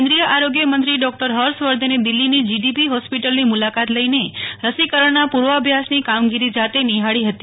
કેન્દ્રીય આરોગ્ય મંત્રી ડોકટર હર્ષવર્ધને દિલ્હીની જીટીબી હોસ્પિટલની મુલાકાત લઇને રસીકરણના પુર્વાભ્યાસની કામગીરી જાતે નીહાળી હતી